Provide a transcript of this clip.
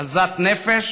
עזת נפש